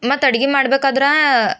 ಮತ್ತು ಅಡುಗೆ ಮಾಡ್ಬೇಕಾದ್ರೆ